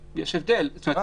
בתקנות,